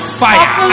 fire